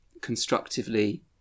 constructively